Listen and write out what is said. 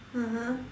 (uh huh)